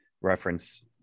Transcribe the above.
reference